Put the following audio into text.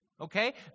Okay